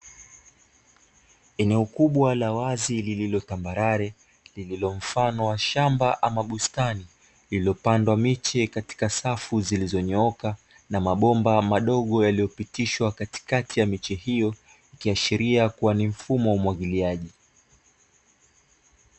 Eneo kubwa la wazi lililotambarare, lililo mfano wa shamba ama bustani lililopandwa miche katika safu zilizonyooka na mabomba madogo yaliyopitishwa katikati ya miche hiyo, ikiashiria kuwa ni mfumo wa umwagiliaji.